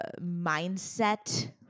mindset